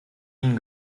ihnen